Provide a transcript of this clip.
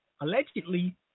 allegedly